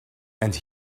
and